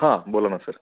हां बोला ना सर